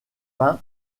peint